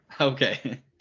Okay